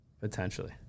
Potentially